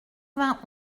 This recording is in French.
vingt